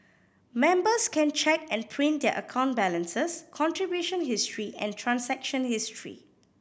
members can check and print their account balances contribution history and transaction history